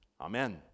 amen